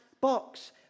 box